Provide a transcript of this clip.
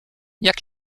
jak